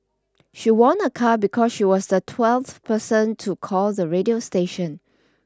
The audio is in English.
she won a car because she was the twelfth person to call the radio station